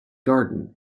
garden